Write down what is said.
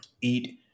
eat